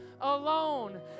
alone